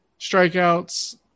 strikeouts